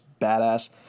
badass